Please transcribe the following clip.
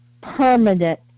permanent